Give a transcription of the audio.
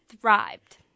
thrived